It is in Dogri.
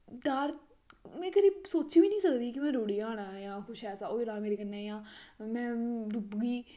डर में कदें सोची बी निं सकदी ही कि में रुढ़ी जाना ऐ जां कुछ ऐसी होना ऐ मेरे कन्नै जां में डुबगी